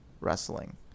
wrestling